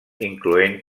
incloent